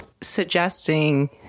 suggesting